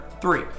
three